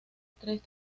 tres